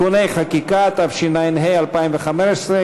(תיקוני חקיקה ליישום המדיניות הכלכלית לשנות התקציב 2015 ו-2016),